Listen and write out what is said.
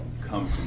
come